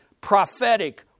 prophetic